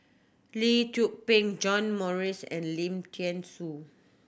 Lee Tzu Pheng John Morrice and Lim Thean Soo